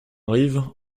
arrive